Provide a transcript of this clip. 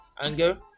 anger